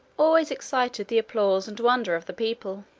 always excited the applause and wonder of the people.